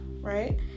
right